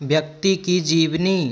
व्यक्ति की जीवनी